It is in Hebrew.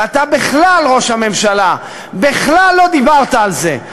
ואתה בכלל, ראש הממשלה, בכלל לא דיברת על זה.